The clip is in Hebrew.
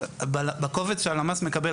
בקובץ שהלמ"ס מקבל,